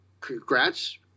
Congrats